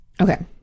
Okay